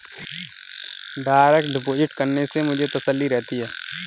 direct deposit करने से मुझे तसल्ली रहती है